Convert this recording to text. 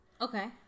Okay